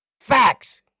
Facts